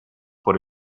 por